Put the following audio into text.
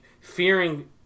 fearing